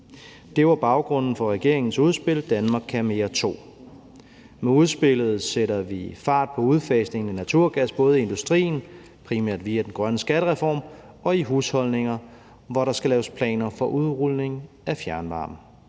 Det var baggrunden for regeringens udspil »Danmark kan mere II«. Med udspillet sætter vi fart på udfasning af naturgas, både i industrien, primært via den grønne skattereform, og i husholdninger, hvor der skal laves planer for udrulning af fjernvarme.